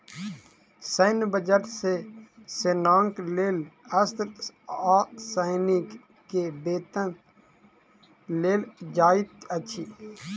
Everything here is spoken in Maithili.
सैन्य बजट सॅ सेनाक लेल अस्त्र आ सैनिक के वेतन देल जाइत अछि